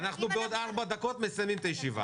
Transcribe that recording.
אם אתה --- אנחנו בעוד ארבע דקות מסיימים את הישיבה.